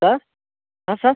sir ಹಾಂ sir